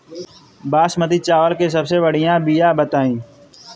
बासमती चावल के सबसे बढ़िया बिया बताई?